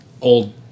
old